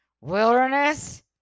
wilderness